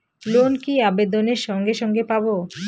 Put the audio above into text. Loan কি আবেদনের সঙ্গে সঙ্গে পাব?